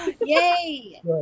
Yay